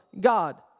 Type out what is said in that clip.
God